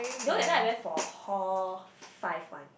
you know that time I went for hall five one